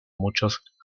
muchos